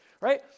right